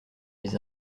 les